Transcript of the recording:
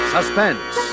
Suspense